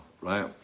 right